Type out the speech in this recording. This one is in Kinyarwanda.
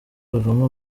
bavoma